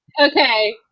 Okay